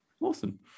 Awesome